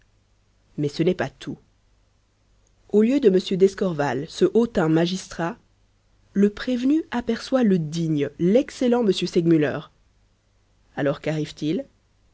mais ce n'est pas tout au lieu de m d'escorval ce hautain magistrat le prévenu aperçoit le digne l'excellent m segmuller alors qu'arrive-t-il